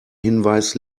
hinweis